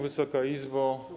Wysoka Izbo!